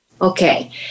Okay